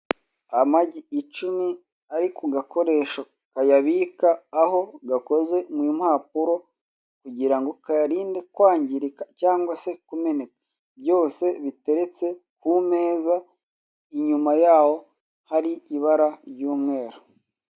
Amagi icumi ari ku gakoresho kayabika aho gakoze mu mpapuro kugira ngo kayarinde kwangirika cyangwa se kumeneka byose biteretse ku meza inyuma yaho hari ibara ry'umweru.